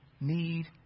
need